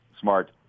Smart